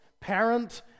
Parent